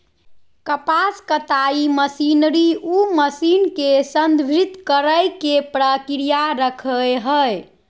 कपास कताई मशीनरी उ मशीन के संदर्भित करेय के प्रक्रिया रखैय हइ